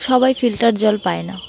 সবাই ফিল্টার জল পায় না